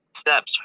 steps